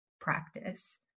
practice